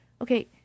okay